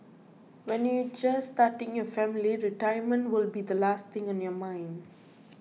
when you are just starting your family retirement will be the last thing on your mind